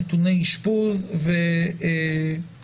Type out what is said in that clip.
נתוני אשפוז וכולי.